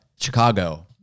Chicago